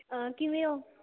ਕਿਵੇਂ ਹੋ